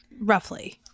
roughly